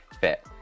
fit